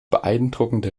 beeindruckende